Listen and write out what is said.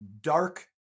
dark